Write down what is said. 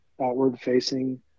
outward-facing